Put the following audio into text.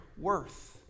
worth